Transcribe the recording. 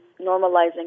normalizing